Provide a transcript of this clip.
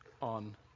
on